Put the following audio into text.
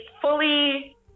fully